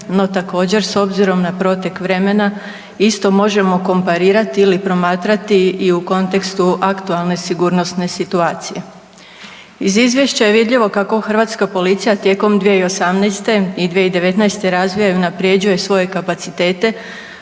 No također s obzirom na protek vremena isto možemo komparirati ili promatrati i u kontekstu aktualne sigurnosne situacije. Iz izvješća je vidljivo kako hrvatska policija tijekom 2018. i 2019. razvija i unapređuje svoje kapacitete